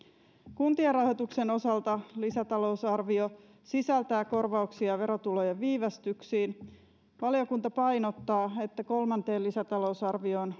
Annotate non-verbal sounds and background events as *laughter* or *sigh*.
kuntien rahoituksen osalta lisätalousarvio sisältää korvauksia verotulojen viivästyksiin valiokunta painottaa että kolmanteen lisätalousarvioon *unintelligible*